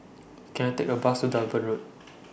Can I Take A Bus to Durban Road